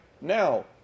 now